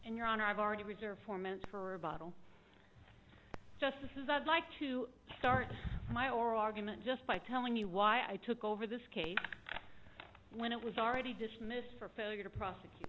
and your honor i've already reserved formants for bottle justices i'd like to start my oral argument just by telling you why i took over this case when it was already dismissed for failure to prosecute